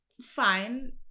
fine